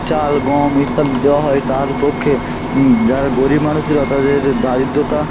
চাল গম ইত্যাদি দেওয়া হয় তার পক্ষে যারা গরীব মানুষরা তাদের দরিদ্রতা